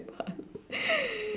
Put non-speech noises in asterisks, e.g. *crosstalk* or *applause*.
*noise*